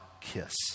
kiss